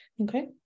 Okay